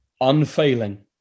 unfailing